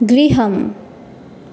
गृहम्